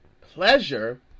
Pleasure